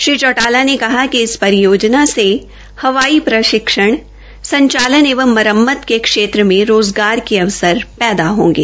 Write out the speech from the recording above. श्री चौटाला ने कहा कि इस परियोजना से हवाई प्रशिक्षण संचालन मरम्मत के क्षेत्र में रोज़गार के अवसर पैदा होंगे